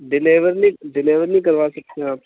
deliver نہیں deliver نہیں کروا سکتے آپ